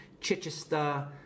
chichester